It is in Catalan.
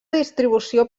distribució